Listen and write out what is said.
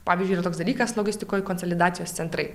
pavyzdžiui ir toks dalykas logistikoj konsolidacijos centrai